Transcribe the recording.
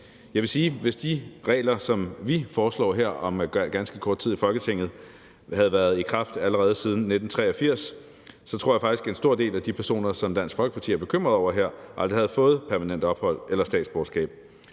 Jeg vil sige, at jeg, hvis de regler, som vi her om ganske kort tid foreslår i Folketinget, havde været i kraft allerede siden 1983, så faktisk tror, at en stor del af de personer, som Dansk Folkeparti her er bekymrede over, aldrig havde fået permanent ophold eller statsborgerskab.